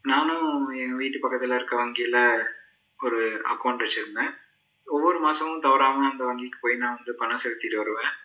நானும் எங்கள் வீட்டு பக்கத்தில் இருக்க வங்கியில் ஒரு அக்கௌண்ட்டு வெச்சுருந்தேன் ஒவ்வொரு மாதமும் தவறாமல் அந்த வங்கிக்கு போய் நான் வந்து பணம் செலுத்திவிட்டு வருவேன்